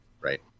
right